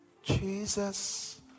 Jesus